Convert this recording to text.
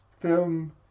film